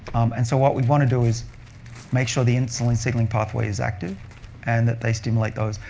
and so what we want to do is make sure the insulin signaling pathway is active and that they stimulate those.